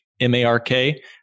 M-A-R-K